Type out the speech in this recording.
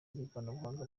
ry’ikoranabuhanga